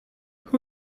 who